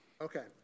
Okay